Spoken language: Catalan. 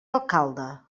alcalde